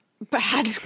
Bad